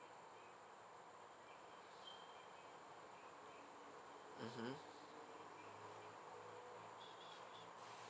mmhmm